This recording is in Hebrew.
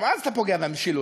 גם אז אתה פוגע במשילות,